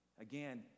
again